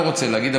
לא רוצה להגיד,